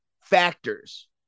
factors